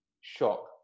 shock